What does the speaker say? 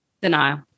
denial